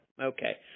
Okay